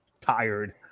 tired